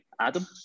Adam